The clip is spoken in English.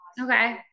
Okay